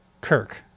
Kirk